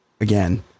again